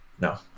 no